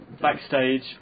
backstage